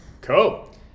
Cool